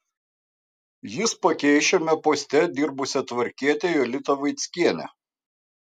jis pakeis šiame poste dirbusią tvarkietę jolitą vaickienę